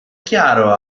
chiaro